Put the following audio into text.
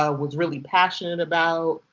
ah was really passionate about,